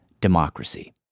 democracy